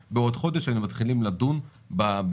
ואז אם הם רוצים לדון הם דנים.